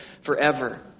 forever